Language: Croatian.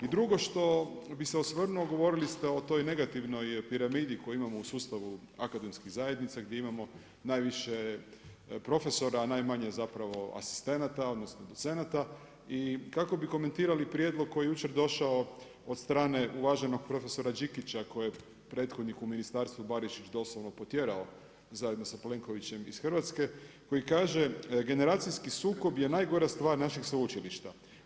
I drugo što bi s osvrnuo, govorili ste o toj negativnoj piramidi, koje imamo u sustavu akademskih zajednica, gdje imamo najviše profesora, a najmanje zapravo asistenata, odnosno, docenata i kako bi komentirali prijedlog koji je jučer došao od strane uvaženog profesora Đikića, koji je prethodnik u ministarstvu Barešić doslovno potjerao zajedno sa Plenkovićem iz Hrvatske, koji kaže, generacijski sukob je najgora stvar našeg sveučilišta.